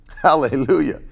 Hallelujah